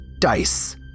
dice